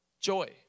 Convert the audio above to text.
joy